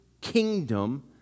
kingdom